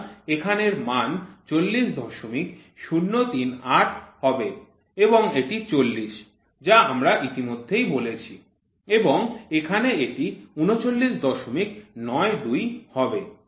সুতরাং এখানের মান ৪০০৩৮ হবে এবং এটি ৪০ যা আমরা ইতিমধ্যেই বলেছি এবং এখানে এটি ৩৯৯২ হবে